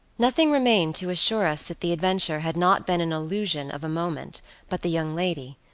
nothing remained to assure us that the adventure had not been an illusion of a moment but the young lady,